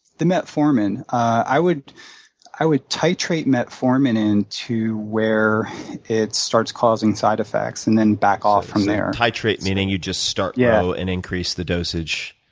the metformin. i would i would titrate metformin in to where it starts causing side effects and then back off from there. and so titrate meaning you'd just start low and increase the dosage?